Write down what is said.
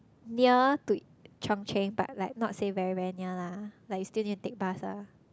near to Chung-Cheng but like not say very very near lah like is still need to take bus lah